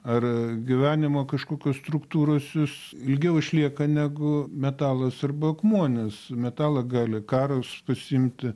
ar gyvenimo kažkokios struktūros jos ilgiau išlieka negu metalas arba akmuo nes metalą gali karas pasiimti